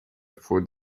food